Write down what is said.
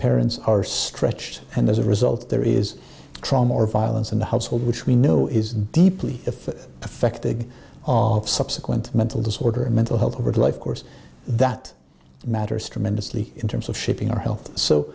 parents are stretched and as a result there is trauma or violence in the household which we know is deeply if perfected of subsequent mental disorder and mental health over the life course that matters tremendously in terms of shaping our health so